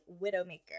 widowmaker